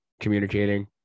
communicating